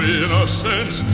innocence